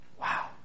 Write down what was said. Wow